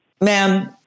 Ma'am